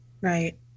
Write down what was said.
right